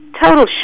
total